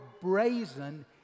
brazen